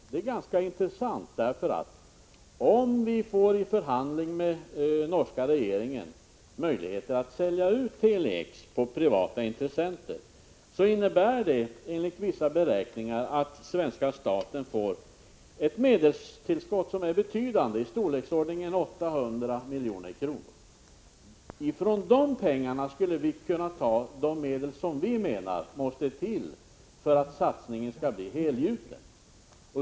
Detta är ganska intressant. Om vi nämligen i förhandlingar med den norska regeringen får möjlighet att sälja Tele-X till privata intressenter, så innebär det enligt vissa beräkningar att svenska staten skulle få ett betydande medelstillskott. Det handlar om ett tillskott i storleksordningen 800 milj.kr. Från dessa pengar skulle man kunna ta de medel som vi menar måste till för att satsningen skall bli helgjuten.